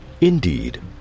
Indeed